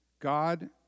God